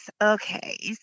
Okay